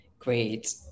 Great